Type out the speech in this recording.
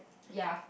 ya